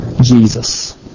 Jesus